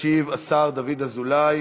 ישיב השר דוד אזולאי,